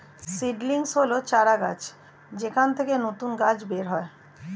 seedlings হল চারাগাছ যেখান থেকে নতুন গাছ বের হয়